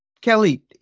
Kelly